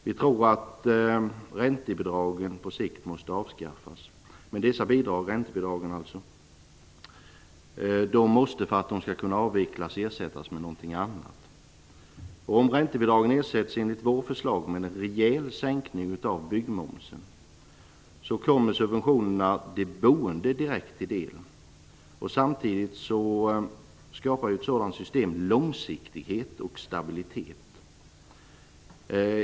Vi tror att räntebidragen på sikt måste avskaffas. De måste, för att kunna avvecklas, ersättas med någonting annat. Om räntebidragen ersätts med en rejäl sänkning av byggmomsen enligt vårt förslag kommer subventionerna de boende direkt till del. Samtidigt skapar ett sådant system långsiktighet och stabilitet.